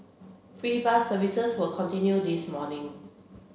free bus services will continue this morning